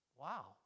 Wow